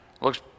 Looks